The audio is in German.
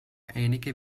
einige